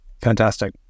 Fantastic